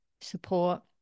support